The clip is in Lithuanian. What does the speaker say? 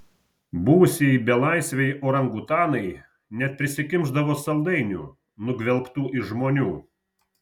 buvusieji belaisviai orangutanai net prisikimšdavo saldainių nugvelbtų iš žmonių